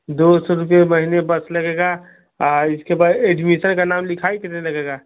दो सौ रुपये महीने बस लगेगा और इसके बाद एडमिसन का नाम लिखाने के नहीं लगेगा